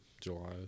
July